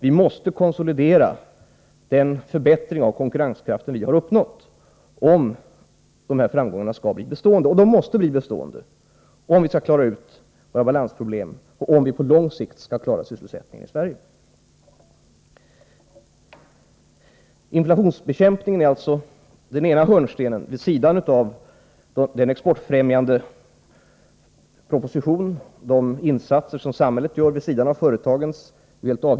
Vi måste konsolidera den förbättring av konkurrenskraften som vi har uppnått, om framgångarna skall bli bestående. Och framgångarna måste bli bestående om vi i Sverige skall klara våra balansproblem och om vi på lång sikt skall klara sysselsättningen. Inflationsbekämpningen är alltså en hörnsten — tillsammans med vad som föreslås i den exportfrämjande propositionen och de insatser som samhället gör vid sidan av företagens insatser.